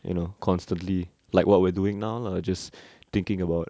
you know constantly like what we're doing now lah just thinking about